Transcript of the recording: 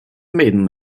maiden